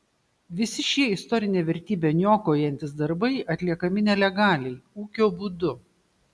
visi šie istorinę vertybę niokojantys darbai atliekami nelegaliai ūkio būdu